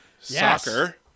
Soccer